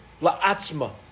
La'atzma